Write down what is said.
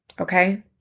okay